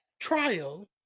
Trial